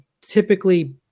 typically